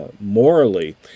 morally